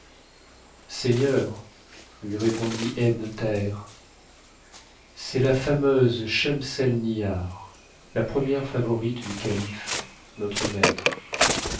seigneur lui répondit ebn thaher c'est la fameuse schemselnihar la première favorite du calife notre ma